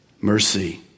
mercy